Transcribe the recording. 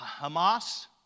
Hamas